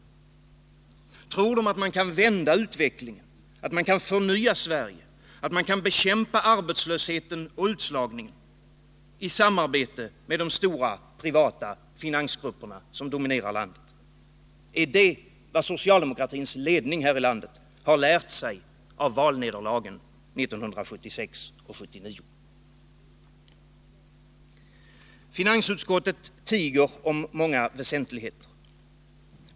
Tror de att man kan vända utvecklingen, förnya Sverige, bekämpa arbetslöshet och utslagning i samarbete med de stora privata finansgrupperna som dominerar landet? Är det vad socialdemokratins ledning här i landet har lärt sig av valnederlagen 1976 och 1979? Finansutskottet tiger om många väsentligheter.